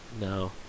No